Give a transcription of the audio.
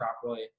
properly